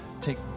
take